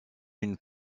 une